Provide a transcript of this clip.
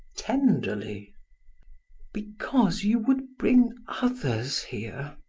tenderly because you would bring others here,